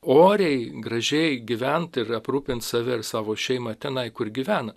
oriai gražiai gyvent ir aprūpint save ir savo šeimą tenai kur gyvena